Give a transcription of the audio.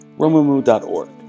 Romumu.org